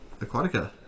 Aquatica